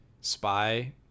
spy